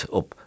op